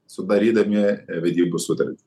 sudarydami vedybų sutartį